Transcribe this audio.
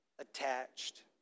attached